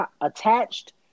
attached